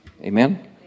amen